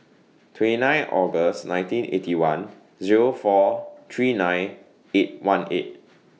twenty nine August nineteen Eighty One Zero four three nine eight one eight